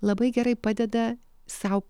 labai gerai padeda sau